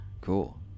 Cool